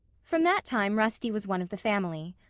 from that time rusty was one of the family.